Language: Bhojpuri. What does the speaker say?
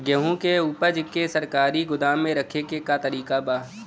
गेहूँ के ऊपज के सरकारी गोदाम मे रखे के का तरीका बा?